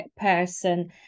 person